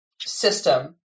system